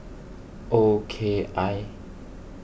O K I